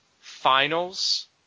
finals